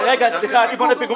--- סליחה, אני בונה פיגומים.